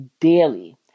daily